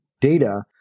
data